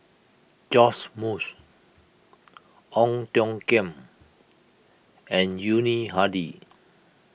Joash Moo Ong Tiong Khiam and Yuni Hadi